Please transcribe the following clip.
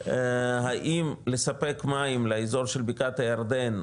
האם לספק מים לאזור של בקעת הירדן,